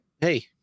Hey